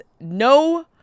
no